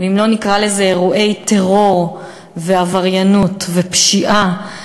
ואם לא נקרא לזה אירועי טרור ועבריינות ופשיעה,